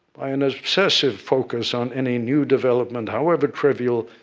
by an ah obsessive focus on any new development, however trivial,